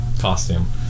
costume